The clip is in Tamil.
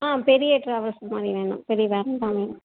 ஆ பெரிய ட்ராவல்ஸ் மாதிரி வேணும் பெரிய வேன் தான் வேணும்